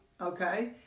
okay